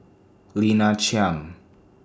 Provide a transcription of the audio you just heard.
Lina Chiam